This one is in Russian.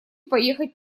поехать